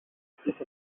beat